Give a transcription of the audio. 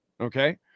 Okay